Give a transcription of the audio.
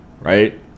Right